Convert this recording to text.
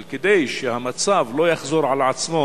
אבל כדי שהמצב לא יחזור על עצמו,